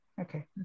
Okay